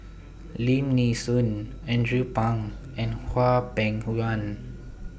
Lim Nee Soon Andrew Phang and Hwang Peng Yuan